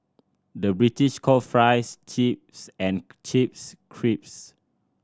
the British call fries chips and chips crisps